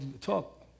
talk